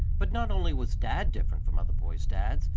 but not only was dad different from other boys' dads,